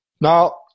Now